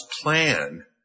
plan